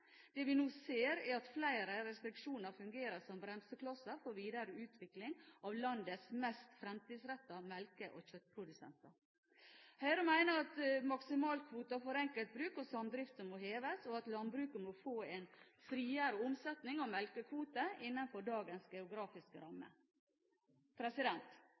Det vi nå ser, er at flere restriksjoner fungerer som bremseklosser for videre utvikling av landets mest fremtidsrettede melke- og kjøttprodusenter. Høyre mener at maksimalkvoten for enkeltbruk og samdrifter må heves, og at landbruket må få en friere omsetning av melkekvoter innenfor dagens geografiske